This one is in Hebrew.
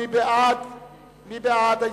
מי בעד ההסתייגות?